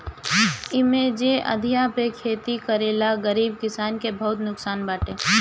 इमे जे अधिया पे खेती करेवाला गरीब किसानन के बहुते नुकसान बाटे